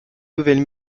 nouvelle